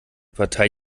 partei